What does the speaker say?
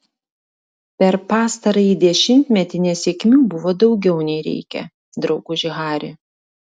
per pastarąjį dešimtmetį nesėkmių buvo daugiau nei reikia drauguži hari